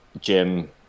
Jim